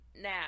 now